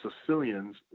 Sicilian's